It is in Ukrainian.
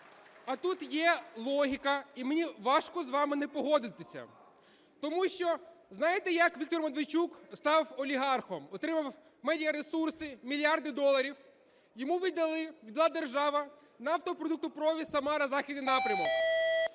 А тут є логіка, і мені важко з вами не погодитися. Тому що, знаєте, як Віктор Медведчук став олігархом, отримав медіаресурси, мільярди доларів? Йому ввідали, віддала держава нафтопродуктопровід "Самара-Західний напрямок".